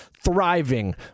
Thriving